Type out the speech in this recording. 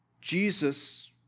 Jesus